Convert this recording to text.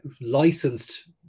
licensed